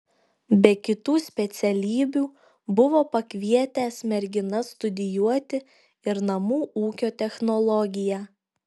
be kitų specialybių buvo pakvietęs merginas studijuoti ir namų ūkio technologiją